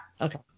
Okay